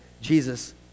Jesus